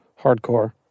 hardcore